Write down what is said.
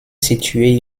situé